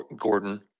Gordon